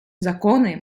закони